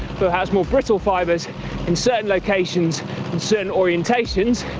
but has more brittle fibers in certain locations, in certain orientations,